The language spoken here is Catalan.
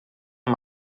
amb